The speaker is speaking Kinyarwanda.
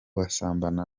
basambana